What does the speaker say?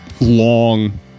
long